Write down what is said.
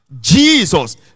Jesus